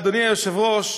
אדוני היושב-ראש,